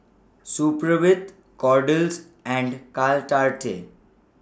Supravit Kordel's and Caltrate